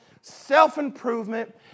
self-improvement